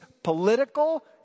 Political